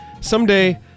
someday